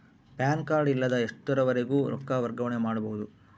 PAN card ಇಲ್ಲದ ಎಷ್ಟರವರೆಗೂ ರೊಕ್ಕ ವರ್ಗಾವಣೆ ಮಾಡಬಹುದು?